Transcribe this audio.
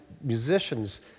musicians